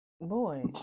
boy